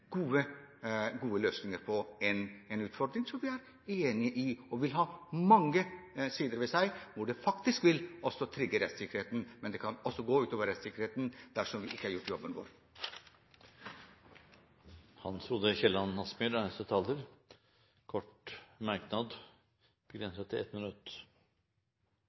gode løsninger på en utfordring som vi er enig i og vil ha mange sider ved seg, og hvor det faktisk også vil trygge rettssikkerheten. Men det kan også gå ut over rettssikkerheten dersom vi ikke har gjort jobben vår. Hans Frode Kielland Asmyhr har hatt ordet to ganger tidligere og får ordet til en kort merknad, begrenset til 1 minutt.